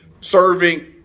Serving